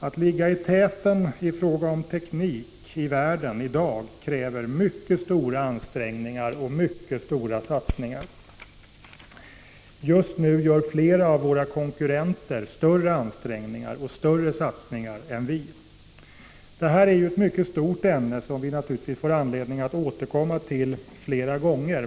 Att ligga i täten i fråga om teknik i världen kräver i dag mycket stora ansträngningar och mycket stora satsningar. Just nu gör flera av våra konkurrenter större ansträngningar och större satsningar än vi. Det här är ett mycket stort ämne, som vi naturligtvis får anledning att återkomma till flera gånger.